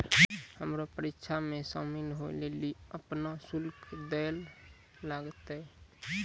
हमरा परीक्षा मे शामिल होय लेली अपनो शुल्क दैल लागतै